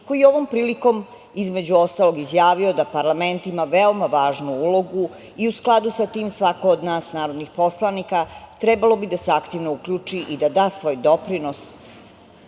koji je ovom prilikom između ostalog izjavio da parlament ima veoma važnu ulogu i u skladu sa tim svako od nas narodnih poslanika trebalo bi da se aktivno uključi i da da svoj